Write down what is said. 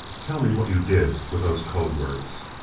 tell me what you did with those code words!